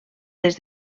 des